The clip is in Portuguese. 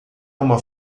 uma